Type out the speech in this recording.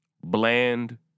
bland